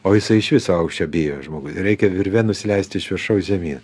o jisai iš viso aukščio bijo žmogui reikia virve nusileisti iš viršaus žemyn